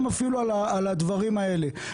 אפילו גם על הדברים האלה.